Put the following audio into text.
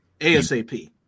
ASAP